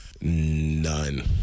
None